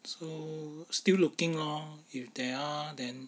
so still looking lor if there are then